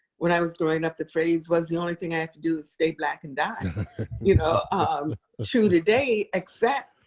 when i was growing up, the phrase was, the only thing i have to do is stay black and die. you know um true today except,